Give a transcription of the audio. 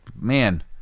man